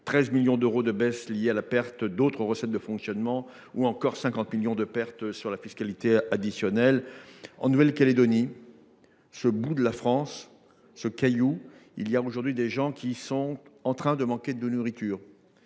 13 millions d’euros de baisses liées à la perte d’autres recettes de fonctionnement, 50 millions de pertes sur la fiscalité additionnelle. En Nouvelle Calédonie, ce bout de France, ce caillou, il y a aujourd’hui des gens qui sont en train de manquer de nourriture.